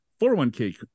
401k